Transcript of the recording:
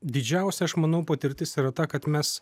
didžiausia aš manau patirtis yra ta kad mes